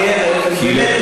באמת,